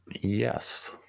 yes